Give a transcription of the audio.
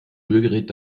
rührgerät